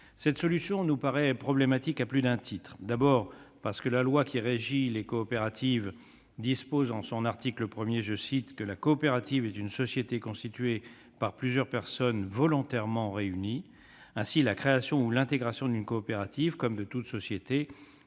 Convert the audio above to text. Cette solution nous paraît problématique à plus d'un titre. D'abord, parce que la loi qui régit les coopératives dispose, en son article 1, que « La coopérative est une société constituée par plusieurs personnes volontairement réunies ». Ainsi, la création ou l'intégration d'une coopérative, comme de toute société,